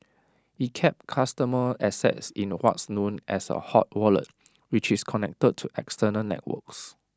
IT kept customer assets in what's known as A hot wallet which is connected to external networks